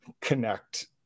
connect